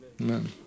Amen